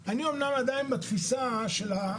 אני מפנה אותו לסעיף